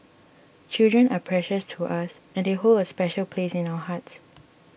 children are precious to us and they hold a special place in our hearts